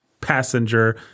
Passenger